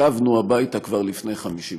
שבנו הביתה כבר לפני 50 שנה.